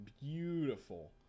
beautiful